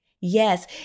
Yes